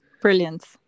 Brilliant